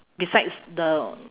besides the